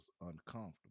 uncomfortable